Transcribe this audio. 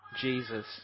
Jesus